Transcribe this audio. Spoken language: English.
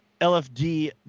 LFD